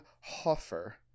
Hoffer